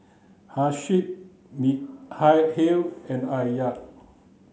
Hasif Mikhail and Alya